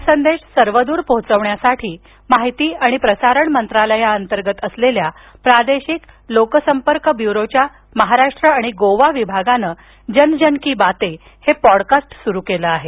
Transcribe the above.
हा संदेश सर्वदूर पोहोचवण्यासाठी माहिती व प्रसारण मंत्रालयांतर्गत असलेल्या प्रादेशिक लोकसंपर्क ब्युरोच्या महाराष्ट्र आणि गोवा विभागाने जन जन की बाते हे पॉडकास्ट सुरु केले आहे